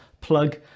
plug